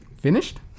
finished